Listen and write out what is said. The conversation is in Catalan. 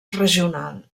regional